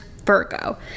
Virgo